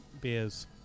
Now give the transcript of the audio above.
beers